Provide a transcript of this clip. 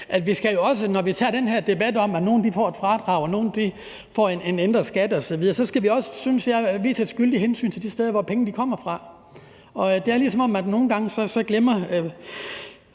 når vi tager den her debat om, at nogle får et fradrag og nogle får en ændret skat osv., så skal vi jo også, synes jeg, vise et skyldigt hensyn til de steder, hvor pengene kommer fra. Det er, som om ordførerne nogle gange glemmer,